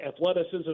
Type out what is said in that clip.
athleticism